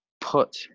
put